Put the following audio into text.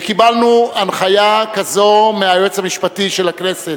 וקיבלנו הנחיה כזו מהייעוץ המשפטי של הכנסת,